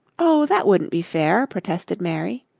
oh, that wouldn't be fair, protested mary.